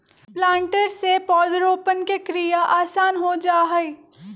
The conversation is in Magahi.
प्लांटर से पौधरोपण के क्रिया आसान हो जा हई